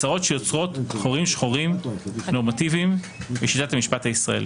הצעות שיוצרות חורים שחורים נורמטיביים בשיטת המשפט הישראלית.